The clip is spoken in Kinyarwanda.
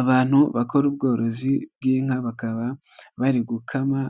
Abantu bakora ubworozi bw'inka, bakaba bari gukama,